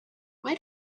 why